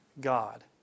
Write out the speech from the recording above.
God